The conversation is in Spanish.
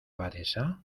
abadesa